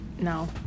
no